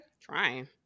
Trying